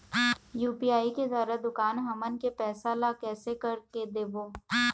UPI के द्वारा दुकान हमन के पैसा ला कैसे कर के देबो?